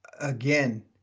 again